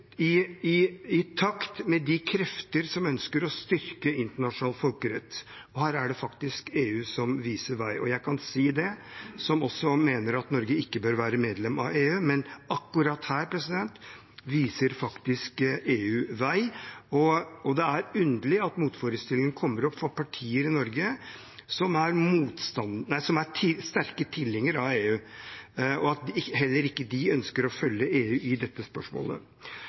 takt med de krefter som ønsker å styrke internasjonal folkerett, og her er det faktisk EU som viser vei. Jeg kan si det, som også mener at Norge ikke bør være medlem av EU, men akkurat her viser faktisk EU vei. Det er underlig at motforestillinger kommer fra partier i Norge som er sterke tilhengere av EU, og at heller ikke de ønsker å følge EU i dette spørsmålet.